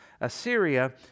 Assyria